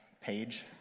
page